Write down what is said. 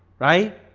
right?